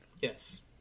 Yes